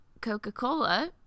coca-cola